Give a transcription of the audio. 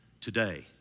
Today